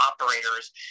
operators